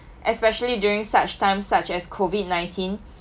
especially during such times such as COVID nineteen